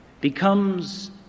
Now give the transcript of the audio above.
becomes